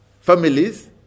families